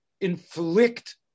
inflict